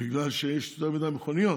בגלל שיש יותר מדי מכוניות,